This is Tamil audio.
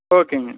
ஓகேங்க